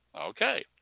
okay